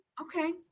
Okay